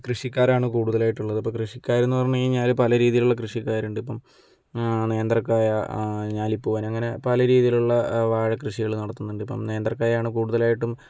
കൃഷിക്കാരാണ് കൂടുതലായിട്ടും ഉള്ളത് ഇപ്പം കൃഷിക്കാരെന്ന് പറഞ്ഞ് കഴിഞ്ഞാൽ പല രീതിയിലുള്ള കൃഷിക്കാരുണ്ട് ഇപ്പം നേന്ത്രക്കായ ഞാലിപ്പൂവൻ അങ്ങനെ പല രീതിയിലുള്ള വാഴ കൃഷികൾ നടത്തുന്നുണ്ട് ഇപ്പം നേന്ത്രക്കായ ആണ് കൂടുതലായിട്ടും